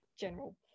general